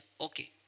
okay